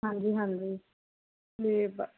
ਹਾਂਜੀ ਹਾਂਜੀ